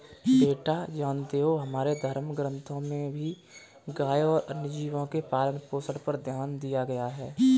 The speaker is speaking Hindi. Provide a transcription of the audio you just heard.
बेटा जानते हो हमारे धर्म ग्रंथों में भी गाय और अन्य जीव के पालन पोषण पर ध्यान दिया गया है